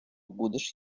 будеш